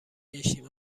گشتیم